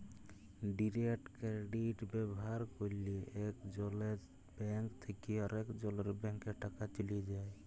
direct credit ব্যাভার ক্যরলে একজলের ব্যাংক থ্যাকে আরেকজলের ব্যাংকে টাকা চ্যলে যায়